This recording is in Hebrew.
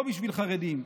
לא בשביל חרדים.